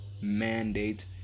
mandate